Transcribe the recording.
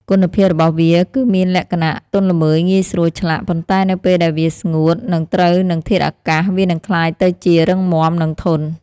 គុណភាពរបស់វាគឺមានលក្ខណៈ ទន់ល្មើយងាយស្រួលឆ្លាក់ ប៉ុន្តែនៅពេលដែលវាស្ងួត និងត្រូវនឹងធាតុអាកាស វានឹងក្លាយទៅជា រឹងមាំ និងធន់។